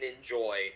enjoy